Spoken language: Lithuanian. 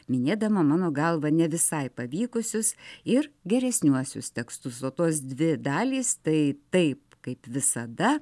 minėdama mano galva ne visai pavykusius ir geresniuosius tekstus o tos dvi dalys tai taip kaip visada